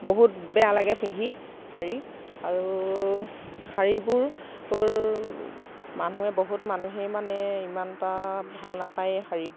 বহুত বেয়া লাগে পিন্ধি শাৰী আৰু শাৰীবোৰ মানুহে বহুত মানুহেই মানে ইমানটা ভাল নাপাইয়ে শাৰীবোৰ